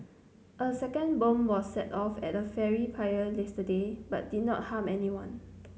a second bomb was set off at a ferry pier yesterday but did not harm anyone